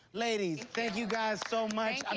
ladies, thank you guys so much.